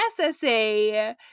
SSA